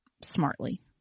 smartly